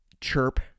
Chirp